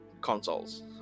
consoles